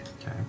Okay